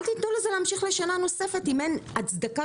אל תתנו לזה להמשיך לשנה נוספת אם אין הצדקה